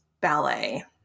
ballet